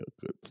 good